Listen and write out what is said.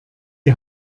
die